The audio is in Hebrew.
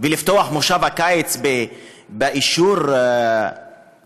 ולפתוח את מושב הקיץ באישור החוק?